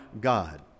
God